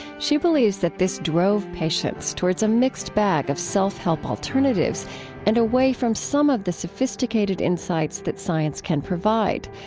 she believes that this drove patients towards a mixed bag of self-help alternatives and away from some of the sophisticated insights that science can provide.